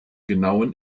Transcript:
genauen